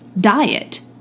diet